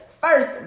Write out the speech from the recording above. first